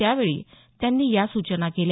त्यावेळी त्यांनी या सूचना केल्या